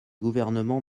gouvernement